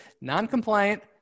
non-compliant